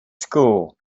school